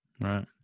Right